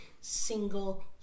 single